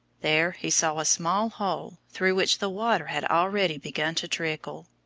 there he saw a small hole, through which the water had already begun to trickle.